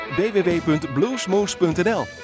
www.bluesmoose.nl